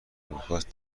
آمریکاست